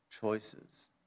choices